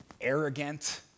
arrogant